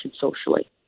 socially